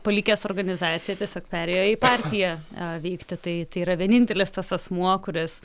palikęs organizaciją tiesiog perėjo į partiją veikti tai tai yra vienintelis tas asmuo kuris